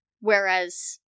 Whereas